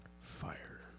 fire